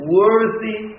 worthy